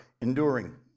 enduring